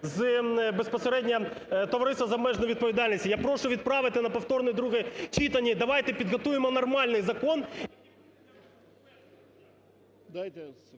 з безпосередньо товариства з обмеженою відповідальністю. Я прошу відправити на повторне друге читання і давайте підготуємо нормальний закон…